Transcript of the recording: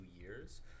years